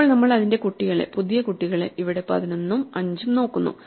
ഇപ്പോൾ നമ്മൾ അതിന്റെ കുട്ടികളെ പുതിയ കുട്ടികളെ ഇവിടെ 11 ഉം 5 ഉം നോക്കുന്നു